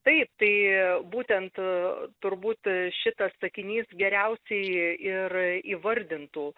taip tai būtent turbūt šitas sakinys geriausiai ir įvardintų